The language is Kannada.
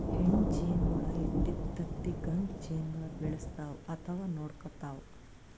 ಹೆಣ್ಣ್ ಜೇನಹುಳ ಇಟ್ಟಿದ್ದ್ ತತ್ತಿ ಗಂಡ ಜೇನಹುಳ ಬೆಳೆಸ್ತಾವ್ ಅಥವಾ ನೋಡ್ಕೊತಾವ್